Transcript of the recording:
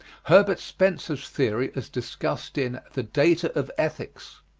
herbert spencer's theory as discussed in the data of ethics.